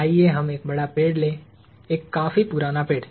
आइए हम एक बड़ा पेड़ लें एक काफी पुराना पेड़